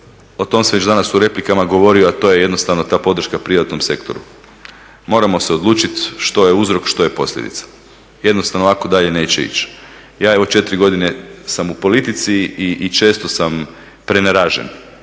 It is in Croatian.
o tome se već danas u replikama govorilo, a to je jednostavno ta podrška privatnom sektoru. Moramo se odlučiti što je uzrok što je posljedica, jednostavno ovako dalje neće ići. Ja evo 4 godine sam u politici i često sam preneražen